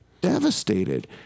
Devastated